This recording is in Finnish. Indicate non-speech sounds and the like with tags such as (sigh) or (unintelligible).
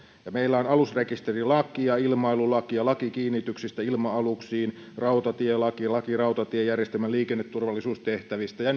ja meillä on alusrekisterilaki ilmailulaki laki kiinnityksistä ilma aluksiin rautatielaki laki rautatiejärjestelmän liikenneturvallisuustehtävistä ja (unintelligible)